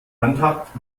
handhabt